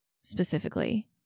specifically